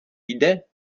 jde